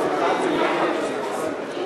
(תגמולים ושיקום)